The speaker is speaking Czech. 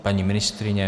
Paní ministryně?